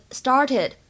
started